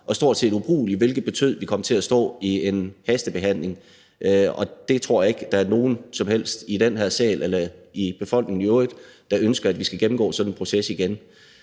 og stort set ubrugelig, hvilket betød, at vi kom til at skulle stå og lave hastebehandling. Jeg tror ikke, at der er nogen i den her sal, eller i befolkningen i øvrigt, der ønsker, at vi skal gennemgå sådan en proces igen.